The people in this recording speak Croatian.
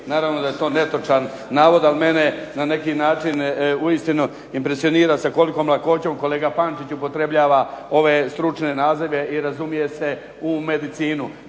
Naravno da je to netočan navod, ali mene na neki način uistinu impresionira sa kolikom lakoćom kolega Pančić upotrebljava ove stručne nazive i razumije se u medicinu.